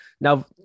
Now